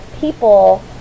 people